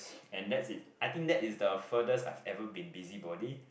and that is I think that is the furthest I've ever been busy body